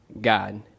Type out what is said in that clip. God